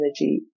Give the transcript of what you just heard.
energy